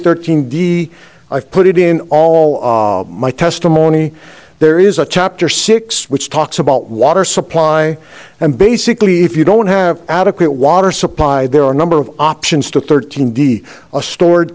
thirteen d i've put it in all of my testimony there is a chapter six which talks about water supply and basically if you don't have adequate water supply there are a number of options to thirteen d a store